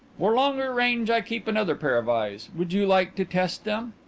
for longer range i keep another pair of eyes. would you like to test them?